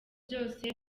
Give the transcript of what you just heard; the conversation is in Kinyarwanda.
byose